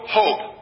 hope